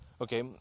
Okay